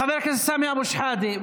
חבר הכנסת סמי אבו שחאדה,